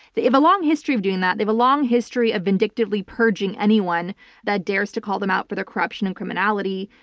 they have a long history of doing that, they have a long history of vindictively purging anyone that dares to call them out for their corruption and criminality.